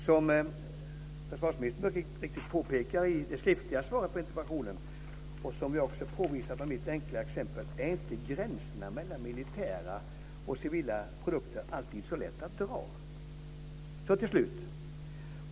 Som försvarsministern mycket riktigt påpekar i det skriftliga svaret på interpellationen och som jag också har påvisat med mitt enkla exempel är inte gränserna mellan militära och civila produkter alltid så lätt att dra.